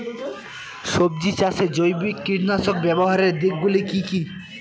সবজি চাষে জৈব কীটনাশক ব্যাবহারের দিক গুলি কি কী?